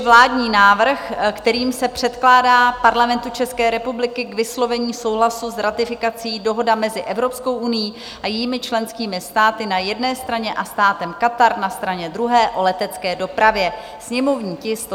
Vládní návrh, kterým se předkládá Parlamentu České republiky k vyslovení souhlasu s ratifikací Dohoda mezi Evropskou unií a jejími členskými státy na jedné straně a Státem Katar na straně druhé o letecké dopravě /sněmovní tisk 135/ druhé čtení